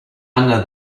under